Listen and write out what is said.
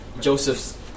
Joseph's